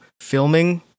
filming